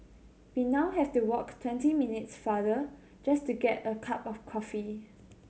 we now have to walk twenty minutes farther just to get a cup of coffee